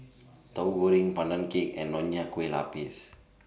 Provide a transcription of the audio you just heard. Tahu Goreng Pandan Cake and Nonya Kueh Lapis